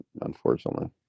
unfortunately